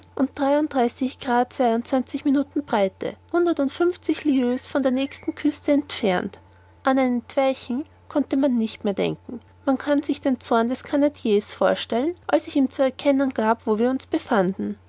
drei minuten breite hundertundfünfzig lieues von der nächsten küste entfernt an ein entweichen konnte man nicht mehr denken und man kann sich den zorn des canadiers vorstellen als ich ihm zu erkennen gab wo wir uns befanden